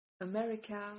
America